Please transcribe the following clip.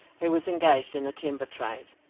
who was engaged in the timber trade.